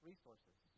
resources